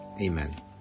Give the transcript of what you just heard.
Amen